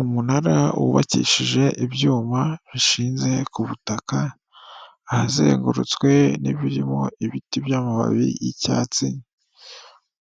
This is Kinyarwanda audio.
Umunara wubakishije ibyuma bishinze ku butaka, ahazengurutswe n'ibirimo ibiti by'amababi y'icyatsi,